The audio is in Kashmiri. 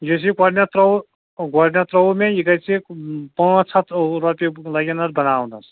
یُس یہِ گۄڈٕنٮ۪تھ ترٛاووٕ گۄڈٕنٮ۪تھ ترٛاووٕ مےٚ یہِ گَژھِ پانٛژھ ہَتھ رۄپیہِ لَگن اَتھ بَناونس